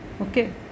okay